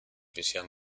bisher